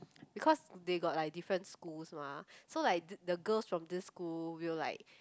because they got like different schools mah so like the the girls from this school will like